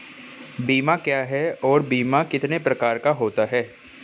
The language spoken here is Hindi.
बीमा क्या है और बीमा कितने प्रकार का होता है?